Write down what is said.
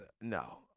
No